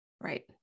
right